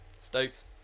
Stokes